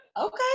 okay